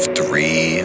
three